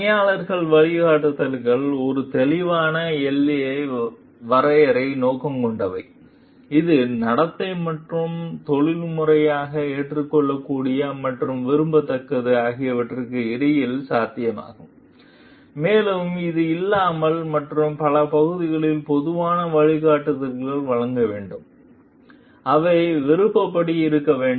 பணியாளர் வழிகாட்டுதல்கள் ஒரு தெளிவான எல்லையை வரைய நோக்கம் கொண்டவை இது நடத்தை மற்றும் நெறிமுறையாக ஏற்றுக்கொள்ளக்கூடிய மற்றும் விரும்பத்தக்கது ஆகியவற்றுக்கு இடையில் சாத்தியமாகும் மேலும் இது இல்லாமல் மற்றும் பல பகுதிகளில் பொதுவான வழிகாட்டுதல்களை வழங்க வேண்டும் அவை விருப்பப்படி இருக்க வேண்டும்